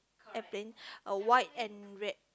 airplane uh white and red